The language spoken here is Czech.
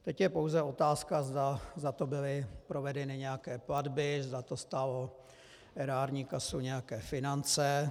Teď je pouze otázka, zda za to byly provedeny nějaké platby, zda to stálo erární kasu nějaké finance.